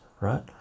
right